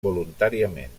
voluntàriament